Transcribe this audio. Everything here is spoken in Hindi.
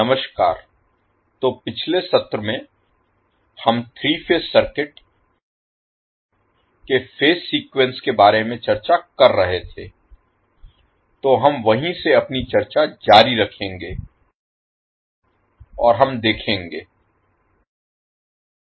नमस्कार तो पिछले सत्र में हम 3 फेज सर्किट के फेज सीक्वेंस के बारे में चर्चा कर रहे थे तो हम वहीँ से अपनी चर्चा जारी रखेंगे और हम देखेंगे